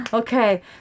Okay